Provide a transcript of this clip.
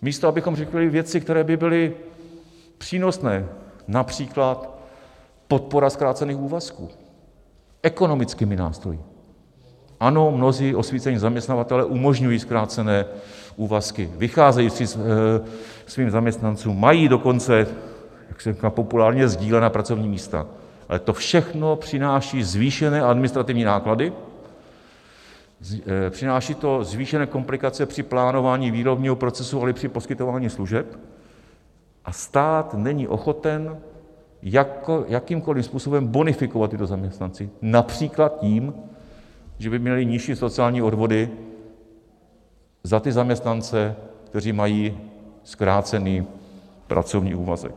Místo abychom řešili věci, které by byly přínosné, například podpora zkrácených úvazků ekonomickými nástroji ano, mnozí osvícení zaměstnavatelé umožňují zkrácené úvazky, vycházejí vstříc svým zaměstnancům, mají dokonce, jak se říká populárně, sdílená pracovní místa, ale to všechno přináší zvýšené administrativní náklady, přináší to zvýšené komplikace při plánování výrobního procesu, ale i při poskytování služeb, a stát není ochoten jakýmkoli způsobem bonifikovat tyto zaměstnavatele, například tím, že by měli nižší sociální odvody za ty zaměstnance, kteří mají zkrácený pracovní úvazek.